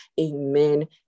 amen